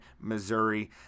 Missouri